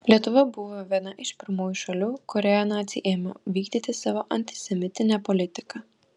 lietuva buvo viena iš pirmųjų šalių kurioje naciai ėmė vykdyti savo antisemitinę politiką